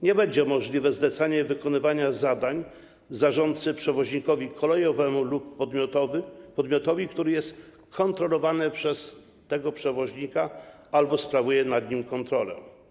Nie będzie możliwe zlecanie wykonywania zadań zarządcy przewoźnikowi kolejowemu lub podmiotowi, który jest kontrolowany przez tego przewoźnika albo sprawuje nad nim kontrolę.